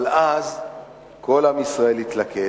אבל אז כל עם ישראל התלכד,